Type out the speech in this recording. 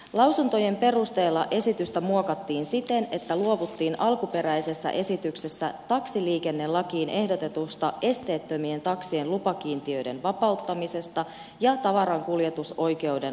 lausuntojen perusteella esitystä muokattiin siten että luovuttiin alkuperäisessä esityksessä taksiliikennelakiin ehdotetusta esteettömien taksien lupakiintiöiden vapauttamisesta ja tavarankuljetusoikeuden laajentamisesta